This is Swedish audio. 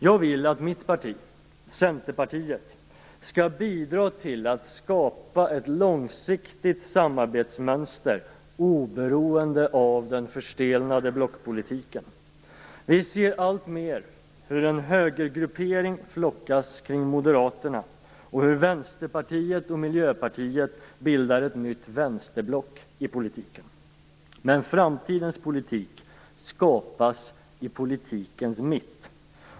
Jag vill att mitt parti, Centerpartiet, skall bidra till att skapa ett långsiktigt samarbetsmönster oberoende av den förstelnade blockpolitiken. Vi ser alltmer hur en högergruppering flockas kring Moderaterna och hur Vänsterpartiet och Miljöpartiet bildar ett nytt vänsterblock i politiken. Men framtidens politik skapas i politikens mitt.